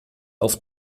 auf